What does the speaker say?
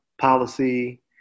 policy